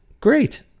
great